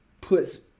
puts –